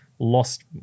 Lost